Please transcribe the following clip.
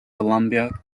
columbia